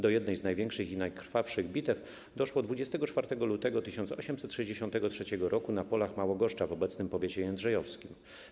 Do jednej z największych i najkrwawszych bitew doszło 24 lutego 1863 r. na polach Małogoszcza w obecnym powiecie jędrzejowskim.